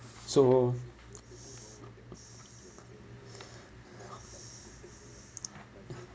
so